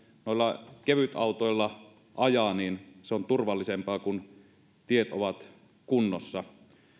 noilla kevytautoilla ajaa niin se on turvallisempaa kun tiet ovat kunnossa